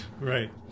Right